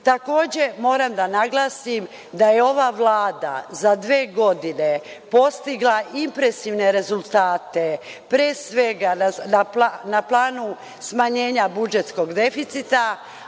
nivou. Moram da naglasim da je ova Vlada za dve godine postigla impresivne rezultate pre svega na planu smanjenja budžetskog deficita,